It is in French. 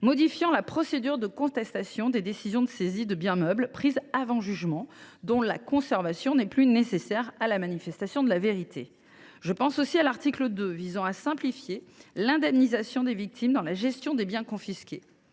modifie la procédure de contestation des décisions de saisie de biens meubles prises avant jugement, dont la conservation n’est plus nécessaire à la manifestation de la vérité. Je pense aussi à l’article 2, qui simplifie l’indemnisation des victimes dans la gestion des biens confisqués.